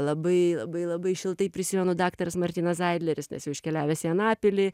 labai labai labai šiltai prisimenu daktaras martynas zaidleris nes jau iškeliavęs į anapilį